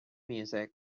music